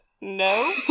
No